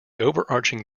overarching